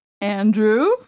Andrew